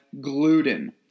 gluten